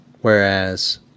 Whereas